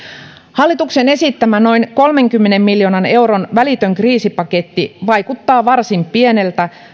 hallituksen esittämä noin kolmenkymmenen miljoonan euron välitön kriisipaketti vaikuttaa varsin pieneltä